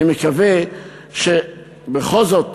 אני מקווה שבכל זאת